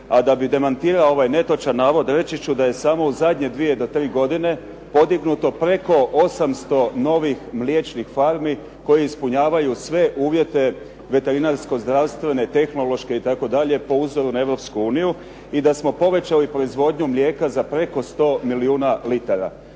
A da bih demantirao ovaj netočan navod, reći ću da je samo u zadnje dvije do tri godine podignuto preko 800 novih mliječnih farmi koje ispunjavaju sve uvjete veterinarsko zdravstvene, tehnološke itd. po uzoru na Europsku uniju i da smo povećali proizvodnju mlijeka za preko 100 milijuna litara.